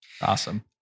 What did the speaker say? Awesome